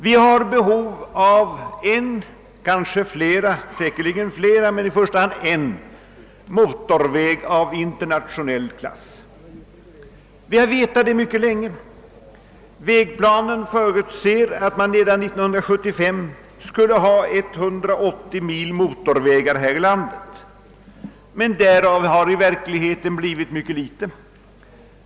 Vi har säkerligen behov av flera men i första hand av en motorväg av internationell klass. Det har vi vetat mycket länge. Vägplanen förutser att vi redan 1975 skall ha 180 mil motorvägar här i landet, men därav har hittills blivit mycket litet.